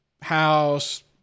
house